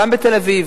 גם בתל-אביב,